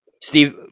Steve